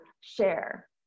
share